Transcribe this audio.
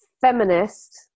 feminist